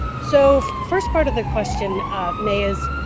so first part of the question mae is,